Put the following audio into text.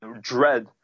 dread